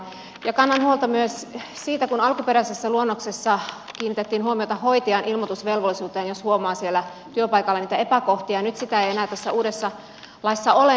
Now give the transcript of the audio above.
kannan huolta myös siitä että alkuperäisessä luonnoksessa kiinnitettiin huomiota hoitajan ilmoitusvelvollisuuteen jos huomaa työpaikalla epäkohtia ja nyt sitä ei enää tässä uudessa laissa ole